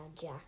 Jack